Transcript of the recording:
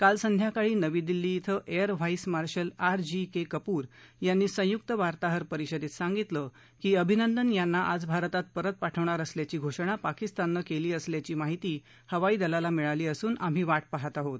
काल संध्याकाळी नवी दिल्ली ं air vice marshal RGK Kapur यांनी संयुक वार्ताहर परिषदेत सांगितलं की अभिनंदन यांना आज भारतात परत पाठवणार असल्याची घोषणा पाकिस्ताननं केली असल्याची माहिती हवाई दलाला मिळाली असून आम्ही वाट पाहात आहोत